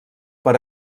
per